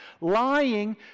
Lying